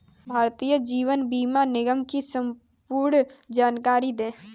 भारतीय जीवन बीमा निगम की संपूर्ण जानकारी दें?